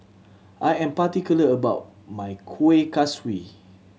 I am particular about my Kuih Kaswi